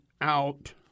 out